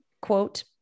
quote